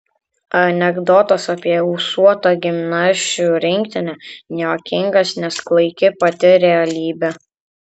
anekdotas apie ūsuotą gimnasčių rinktinę nejuokingas nes klaiki pati realybė